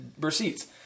receipts